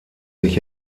sich